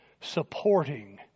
supporting